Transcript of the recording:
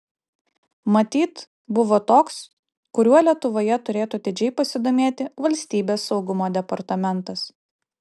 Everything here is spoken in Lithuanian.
matyt buvo toks kuriuo lietuvoje turėtų atidžiai pasidomėti valstybės saugumo departamentas